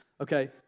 okay